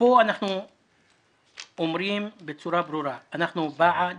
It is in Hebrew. פה אנחנו אומרים בצורה ברורה: אנחנו בעד